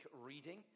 reading